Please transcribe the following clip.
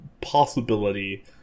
possibility